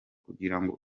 kugirango